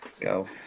Go